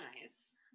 nice